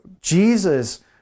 Jesus